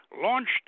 launched